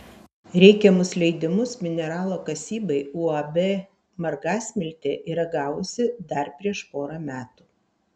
reikiamus leidimus mineralo kasybai uab margasmiltė yra gavusi dar prieš porą metų